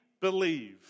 believe